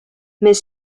mais